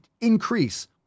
increase